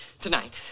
tonight